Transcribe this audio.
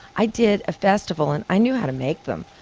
i did a festival. and i knew how to make them,